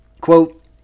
Quote